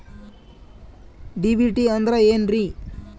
DBT ಅಂದ್ರ ಏನ್ರಿ?